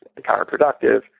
counterproductive